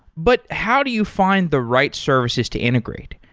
but how do you find the right services to integrate?